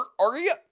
aria